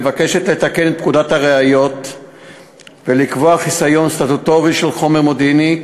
מבקשת לתקן את פקודת הראיות ולקבוע חיסיון סטטוטורי של חומר מודיעיני,